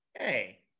Hey